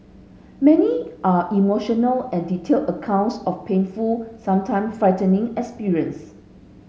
many are emotional and detailed accounts of painful sometime frightening experience